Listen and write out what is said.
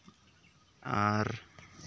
ᱟᱨ